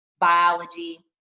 biology